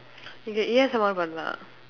okay yes I want